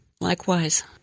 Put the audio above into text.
Likewise